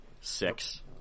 six